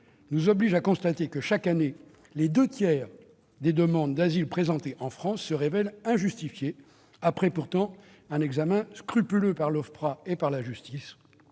nous oblige à constater que chaque année les deux tiers des demandes d'asile présentées en France se révèlent injustifiés après, pourtant, un examen scrupuleux par l'Ofpra et par la justice,